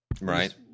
Right